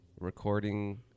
recording